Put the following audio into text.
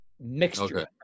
mixture